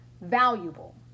valuable